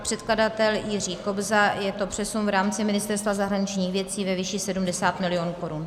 Předkladatel Jiří Kobza, je to přesun v rámci Ministerstva zahraničních věcí ve výši 70 milionů korun.